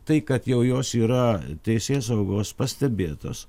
tai kad jau jos yra teisėsaugos pastebėtos